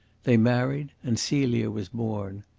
they married, and celia was born.